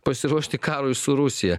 pasiruošti karui su rusija